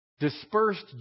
dispersed